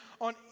on